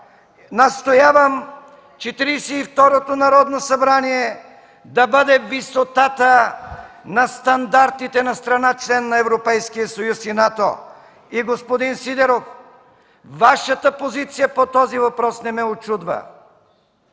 и второто Народно събрание да бъде на висотата на стандартите на страна – член на Европейския съюз и НАТО! Господин Сидеров, Вашата позиция по този въпрос не ме учудва!